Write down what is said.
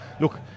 look